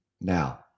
Now